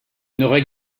n’aurais